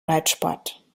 reitsport